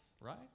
right